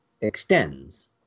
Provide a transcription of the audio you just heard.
extends